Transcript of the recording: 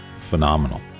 phenomenal